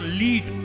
lead